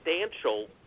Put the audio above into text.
substantial